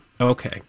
Okay